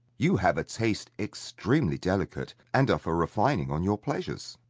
you have a taste extremely delicate, and are for refining on your pleasures.